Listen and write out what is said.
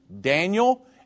Daniel